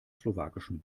slowakischen